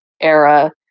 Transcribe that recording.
era